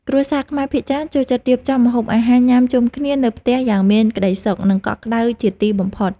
គ្រួសារខ្មែរភាគច្រើនចូលចិត្តរៀបចំម្ហូបអាហារញ៉ាំជុំគ្នានៅផ្ទះយ៉ាងមានក្ដីសុខ និងកក់ក្ដៅជាទីបំផុត។